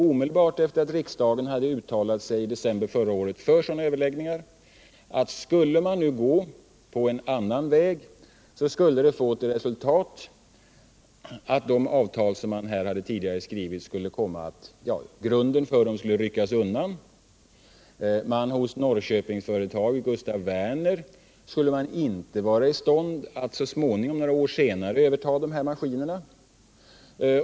Omedelbart efter det att riksdagen i december förra året uttalade sig för vidare överläggningar visade dessa, att skulle man välja en annan väg bleve resultatet att grunden för de avtal som tidigare skrivits skulle ryckas undan. I Norrköpingsföretaget Gustaf Werner AB skulle man inte ha varit i stånd att några år senare överta de ifrågavarande maskinerna.